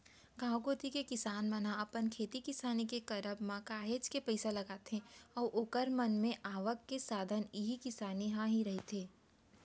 गांव कोती के किसान मन ह अपन खेती किसानी के करब म काहेच के पइसा लगाथे अऊ ओखर मन के आवक के साधन इही किसानी ह ही रहिथे